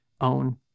own